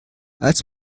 als